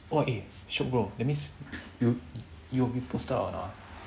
!wah! eh shiok bro that means you you'll be posted out or not ah